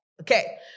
Okay